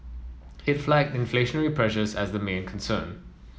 it flagged inflationary pressures as a main concern